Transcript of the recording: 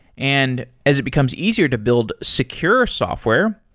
and as it becomes easier to build secure software,